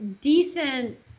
decent